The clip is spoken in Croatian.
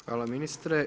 Hvala ministre.